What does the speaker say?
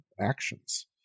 actions